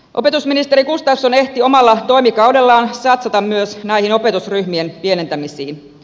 opetusministeri gustafsson ehti omalla toimikaudellaan satsata myös näihin opetusryhmien pienentämisiin